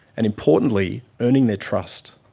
and importantly, earning their trust.